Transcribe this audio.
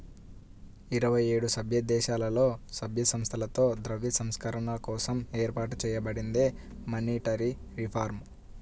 ఇరవై ఏడు సభ్యదేశాలలో, సభ్య సంస్థలతో ద్రవ్య సంస్కరణల కోసం ఏర్పాటు చేయబడిందే మానిటరీ రిఫార్మ్